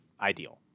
ideal